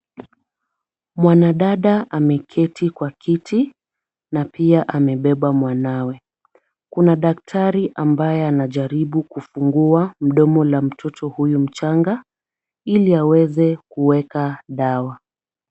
Mwanadada ameketi kwa kiti na pia amebeba mwanawe. Kuna daktari ambaye anajaribu kufungua mdomo wa mtoto huyu mchanga ili aweze kuweka dawa.